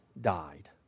died